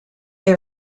they